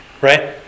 Right